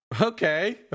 Okay